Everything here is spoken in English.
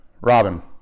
Robin